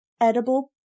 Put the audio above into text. edible